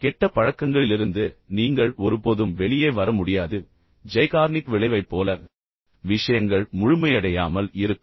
கெட்ட பழக்கங்களிலிருந்து நீங்கள் ஒருபோதும் வெளியே வர முடியாது நாங்கள் பேசிய ஜைகார்னிக் விளைவைப் போல விஷயங்கள் முழுமையடையாமல் இருக்கும்